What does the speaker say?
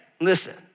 listen